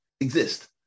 exist